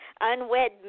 unwed